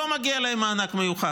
לא מגיע להם מענק מיוחד.